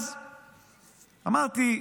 אז אמרתי,